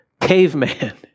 caveman